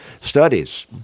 studies